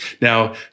Now